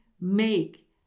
make